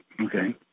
okay